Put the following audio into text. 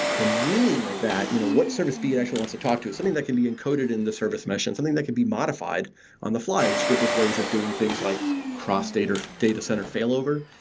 the meaning of that you know what service b, it actually wants to talk to is something that can be encoded in the service mesh and something that could be modified on the fly, which gives us ways of doing things like cross-state or datacenter failover,